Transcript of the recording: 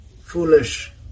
foolish